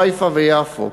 חיפה ויפו.